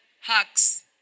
Hacks